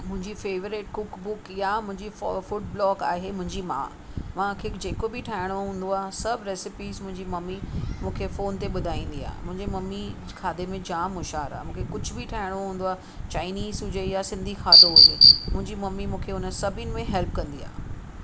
मुंहिंजी favourite cook book या मुंहिंजी फ़ोर फूड ब्लॉक आहे मुंहिंजी माउ मूंखे जेको बि ठाहिणो हूंदो आहे सभ रेसिपीस मुंहिंजी मम्मी मूंखे फ़ोन ते ॿुधाईंदी आहे मुंहिंजी मम्मी खाधे में जाम होशियारु आहे मूंखे कुझु बि ठाहिणो हूंदो आहे चाइनीज़ हुजे या सिंधी खाधो हुजे मुंहिंजी मम्मी मूंखे हुन सभिनि में हेल्प कंदी आहे